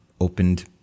opened